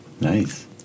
Nice